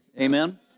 Amen